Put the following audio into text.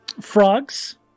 frogs